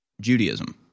Judaism